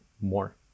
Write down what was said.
more